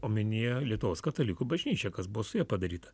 omenyje lietuvos katalikų bažnyčią kas bus padaryta